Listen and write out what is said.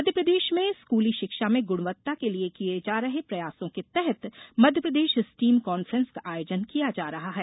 मध्यप्रदेश में स्कूली शिक्षा में गुणवत्ता के लिये किये जा रहे प्रयासों के तहत मध्यप्रदेश स्टीम कान्फ्रेंस का आयोजन किया जा रहा है